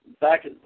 Back